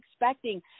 expecting